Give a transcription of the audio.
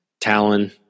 Talon